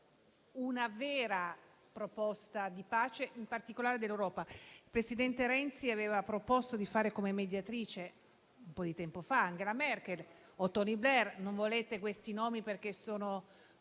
una vera proposta di pace, in particolare dell'Europa. Il presidente Renzi aveva proposto come mediatori, un po' di tempo fa, Angela Merkel o Tony Blair. Non volete questi nomi perché sono